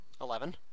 Eleven